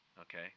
okay